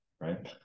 right